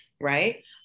right